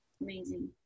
Amazing